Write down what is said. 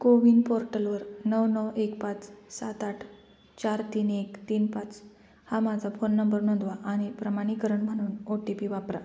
कोविन पोर्टलवर नऊ नऊ एक पाच सात आठ चार तीन एक तीन पाच हा माझा फोन नंबर नोंदवा आणि प्रमाणीकरण म्हणून ओ टी पी वापरा